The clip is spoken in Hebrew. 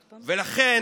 לכן,